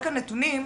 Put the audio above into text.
נתונים,